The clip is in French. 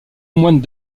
moyne